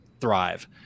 thrive